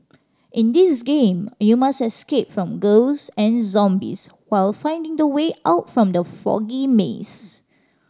in this game you must escape from ghosts and zombies while finding the way out from the foggy maze